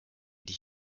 die